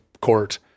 court